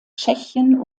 tschechien